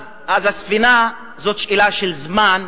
אז זו שאלה של זמן,